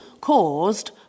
caused